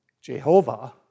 Jehovah